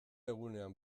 egunean